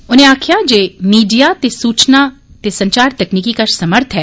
उनें आकखेआ जे मीडिया ते सूचना ते संचार तकनीकी कश समर्थ ऐ